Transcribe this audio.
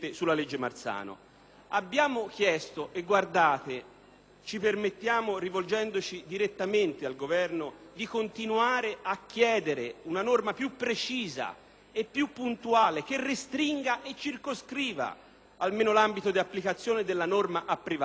Abbiamo chiesto e ci permettiamo, rivolgendoci direttamente al Governo, di continuare a chiedere una norma piuprecisa e piu puntuale che restringa e circoscriva almeno l’ambito di applicazione della norma approvata.